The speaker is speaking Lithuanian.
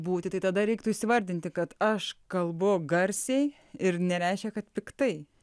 būti tai tada reiktų įvardinti kad aš kalbu garsiai ir nereiškia kad piktai